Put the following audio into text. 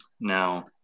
Now